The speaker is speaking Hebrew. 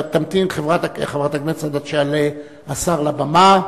תמתין חברת הכנסת עד שיעלה השר לבמה.